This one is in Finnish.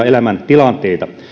elämäntilanteita